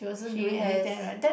she has